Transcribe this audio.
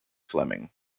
fleming